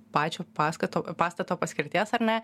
pačio paskato pastato paskirties ar ne